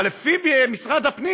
אבל לפי משרד הפנים